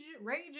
rage